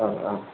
औ औ